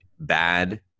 Bad